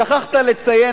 שכחת לציין,